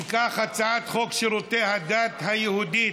אם כך, הצעת חוק שירותי הדת היהודיים,